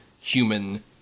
human